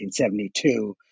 1972